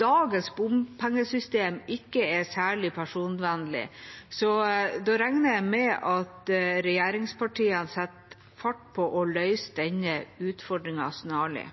dagens bompengesystem ikke er særlig personvernvennlig, og da regner jeg med at regjeringspartiene setter fart på å løse denne utfordringen snarlig.